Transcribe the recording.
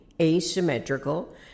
asymmetrical